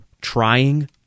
trying